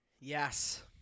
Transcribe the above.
Yes